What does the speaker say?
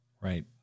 Right